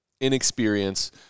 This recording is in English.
inexperience